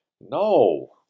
No